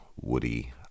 Woody